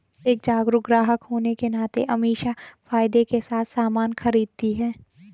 एक जागरूक ग्राहक होने के नाते अमीषा फायदे के साथ सामान खरीदती है